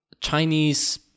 Chinese